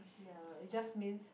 ya it just means